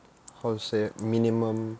how to say it minimum